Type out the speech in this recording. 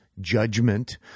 judgment